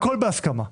הכול בהסכמה.